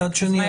מצד שני,